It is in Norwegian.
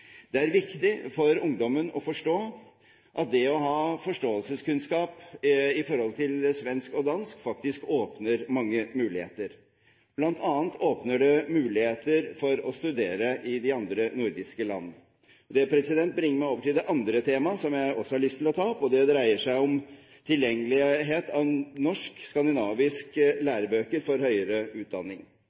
Det er viktig for ungdommen å forstå at det å ha forståelseskunnskap om svensk og dansk åpner mange muligheter, bl.a. åpner det muligheter for å studere i de andre nordiske land. Det bringer meg over til det andre temaet som jeg også har lyst til å ta opp. Det dreier seg om tilgjengelighet av lærebøker for høyere utdanning